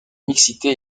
mixité